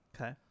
okay